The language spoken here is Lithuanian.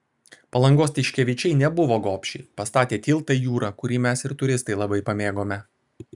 palangos tiškevičiai nebuvo gobšiai pastatė tiltą į jūrą kurį mes ir turistai labai pamėgome